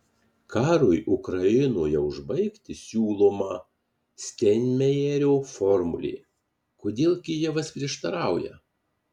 karui ukrainoje užbaigti siūloma steinmeierio formulė kodėl kijevas prieštarauja